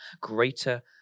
greater